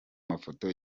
mafoto